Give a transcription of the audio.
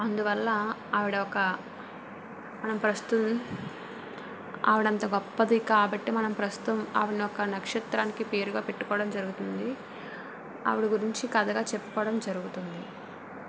అందువల్ల ఆవిడ ఒక మన ప్రస్తు ఆవిడంతా గొప్పది కాబట్టి మనం ప్రస్తుతం ఆమెను ఒక నక్షత్రానికి పేరుగా పెట్టుకోవడం జరుగుతుంది ఆవిడ గురించి కథగా చెప్పుకోవడం జరుగుతుంది